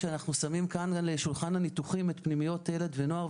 כשאנחנו שמים כאן על שולחן הניתוחים פנימיות ילד ונוער,